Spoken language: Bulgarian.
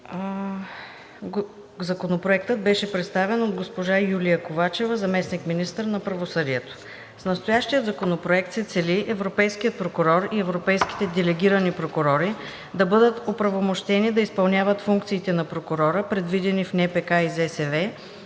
Законопроектът беше представен от госпожа Юлия Ковачева – заместник-министър на правосъдието. С настоящия законопроект се цели европейският прокурор и европейските делегирани прокурори да бъдат оправомощени да изпълняват функциите на прокурора, предвидени в НПК и ЗСВ,